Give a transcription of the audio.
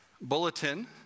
bulletin